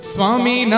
Swami